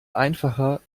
einfacher